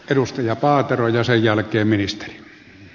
edustaja paatero ja sen jälkeen ministeri